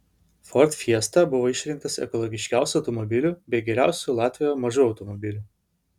ford fiesta buvo išrinktas ekologiškiausiu automobiliu bei geriausiu latvijoje mažu automobiliu